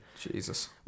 Jesus